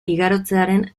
igarotzearen